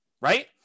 Right